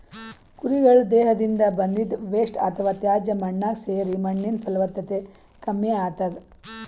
ಕುರಿಗಳ್ ದೇಹದಿಂದ್ ಬಂದಿದ್ದ್ ವೇಸ್ಟ್ ಅಥವಾ ತ್ಯಾಜ್ಯ ಮಣ್ಣಾಗ್ ಸೇರಿ ಮಣ್ಣಿನ್ ಫಲವತ್ತತೆ ಕಮ್ಮಿ ಆತದ್